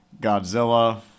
godzilla